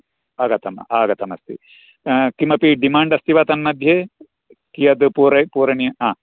आगतं आगतमस्ति किमपि डिमाण्ड् अस्ति वा तन्मध्ये कियद् पूर पूरणिय